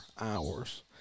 hours